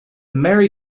merry